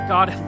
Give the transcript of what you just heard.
God